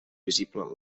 visible